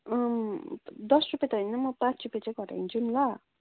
अँ दस रुपियाँ त होइन म पाँच रुपियाँ चाहिँ घटाइदिन्छु नि ल